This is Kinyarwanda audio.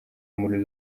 muri